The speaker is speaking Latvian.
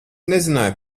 nezināju